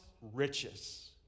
riches